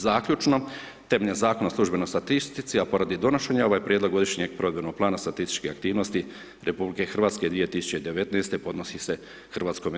Zaključno, temeljem Zakona o službenoj statistici, a poradi donošenja, ovaj prijedlog godišnjeg provedbenog plana statističke aktivnosti RH 2019. podnosi se HS.